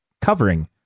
covering